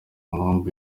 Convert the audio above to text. umuhungu